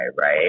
right